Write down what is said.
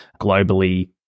globally